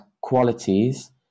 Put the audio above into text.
qualities